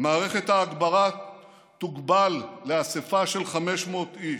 מערכת ההגברה תוגבל לאספה של 500 איש.